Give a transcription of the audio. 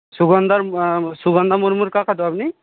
সুগন্ধার সুগন্ধা মুর্মুর কাকা তো আপনি